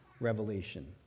revelation